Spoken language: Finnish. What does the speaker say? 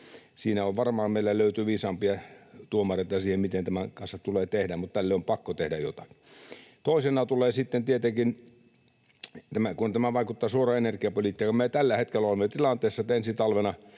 Siinä varmaan meiltä löytyy viisaampia tuomareita siihen, miten tämän kanssa tulee tehdä, mutta tälle on pakko tehdä jotain. Toisena tulee sitten tietenkin se, kun tämä vaikuttaa suoraan energiapolitiikkaan, että me tällä hetkellä olemme tilanteessa, että ensi talvena,